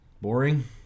boring